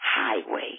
highway